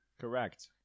Correct